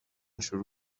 شروع